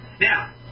Now